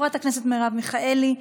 חברת הכנסת מרב מיכאלי,